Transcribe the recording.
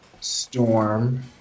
Storm